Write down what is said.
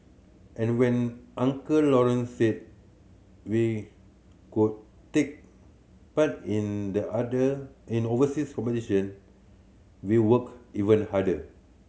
and when Uncle Lawrence said we could take part in the other in overseas competition we worked even harder